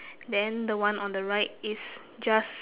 then the one on the right is just